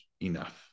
enough